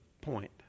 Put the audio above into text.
point